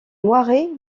moiré